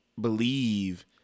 Believe